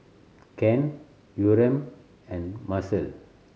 Ken Yurem and Marcelle